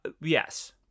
Yes